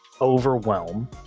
overwhelm